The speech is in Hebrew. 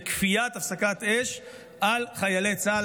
לכפיית הפסקת אש על חיילי צה"ל,